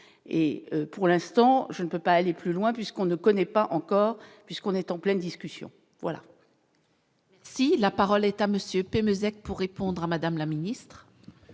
et pour l'instant, je ne peux pas aller plus loin, puisqu'on ne connaît pas encore, puisqu'on est en pleine discussion voilà. Si la parole est à monsieur Pémezec pour répondre à Madame la Ministre.